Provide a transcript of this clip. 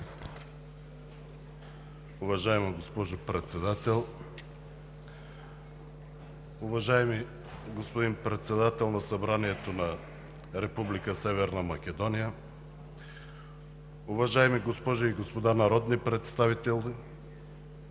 Уважаема госпожо Председател, уважаеми господин Председател на Събранието на Република Северна Македония, уважаеми госпожи и господа народни представители,